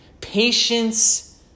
Patience